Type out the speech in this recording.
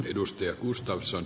arvoisa puhemies